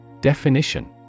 Definition